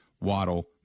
Waddle